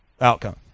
outcome